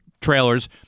trailers